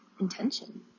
intention